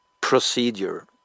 procedure